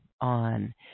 on